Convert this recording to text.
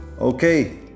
Okay